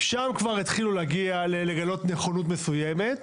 שם כבר התחילו לגלות נכונות מסוימת.